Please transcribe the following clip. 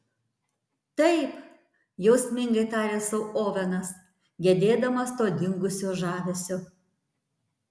taip jausmingai tarė sau ovenas gedėdamas to dingusio žavesio